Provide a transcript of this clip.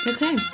Okay